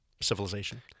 Civilization